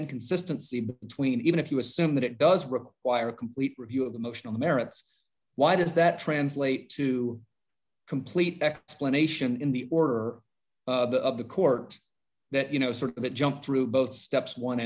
inconsistency between even if you assume that it does require a complete review of the motion on the merits why does that translate to complete explanation in the order of the court that you know sort of a jump through both steps one